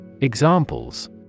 Examples